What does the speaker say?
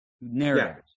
narratives